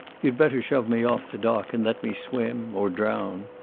you'd better shove me off the dock and let me swim or drown.